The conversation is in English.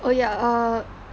oh ya err